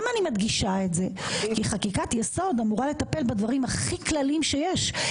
אני מדגישה את זה כי חקיקת יסוד אמורה לטפל בדברים הכי כלליים שיש.